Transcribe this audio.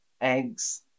eggs